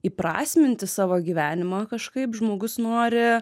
įprasminti savo gyvenimą kažkaip žmogus nori